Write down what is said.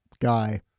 guy